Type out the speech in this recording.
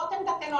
זאת עמדתנו.